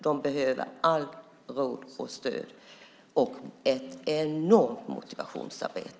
De behöver all ro och stöd och ett enormt motivationsarbete.